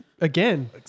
again